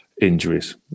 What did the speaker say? injuries